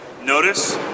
Notice